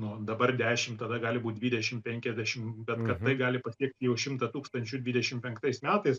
nu dabar dešim tada gali būt dvidešim penkiasdešim bet kad tai gali pasiekt jau šimtą tūkstančių dvidešim penktais metais